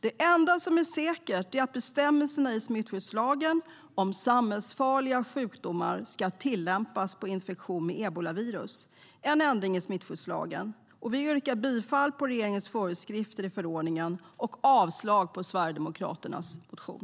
Det enda som är säkert är att bestämmelserna i smittskyddslagen om samhällsfarliga sjukdomar ska tillämpas på infektion med ebolavirus, det vill säga en ändring i smittskyddslagen. Vi yrkar bifall till regeringens proposition och avslag på Sverigedemokraternas motion.